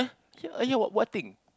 here here what thing